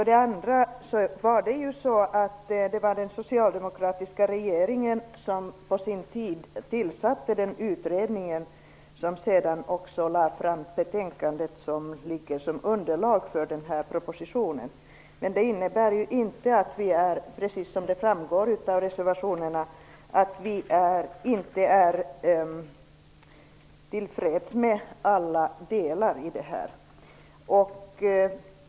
Det var ju den socialdemokratiska regeringen som på sin tid tillsatte den utredning som sedan lade fram det betänkande som ligger som underlag för den här propositionen. Det innebär inte, som framgår av reservationerna, att vi är till freds med alla delar i den.